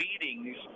meetings